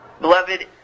Beloved